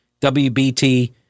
WBT